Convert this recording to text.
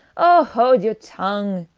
o haud your tongue,